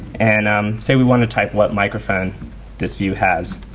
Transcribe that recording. and um say we want to type what microphone this view has.